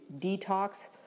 detox